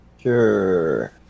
Sure